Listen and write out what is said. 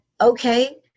okay